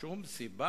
אנשים מתים שמוצגים,